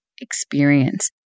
experience